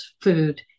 food